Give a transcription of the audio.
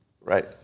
right